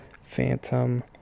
Phantom